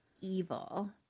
evil